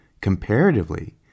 Comparatively